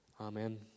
Amen